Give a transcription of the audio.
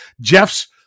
Jeff's